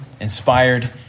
inspired